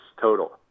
total